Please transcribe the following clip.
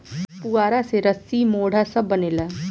पुआरा से रसी, मोढ़ा सब बनेला